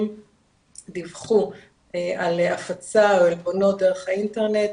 דיווחו על הפצה או עלבונות דרך האינטרנט,